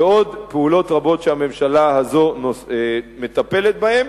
ועוד פעולות רבות שהממשלה הזו מטפלת בהן.